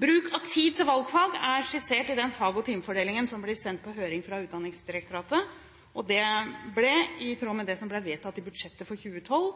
Bruk av tid til valgfag er skissert i den fag- og timefordelingen som ble sendt på høring fra Utdanningsdirektoratet. Der ble det, i tråd med det som ble vedtatt i budsjettet for 2012,